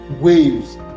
waves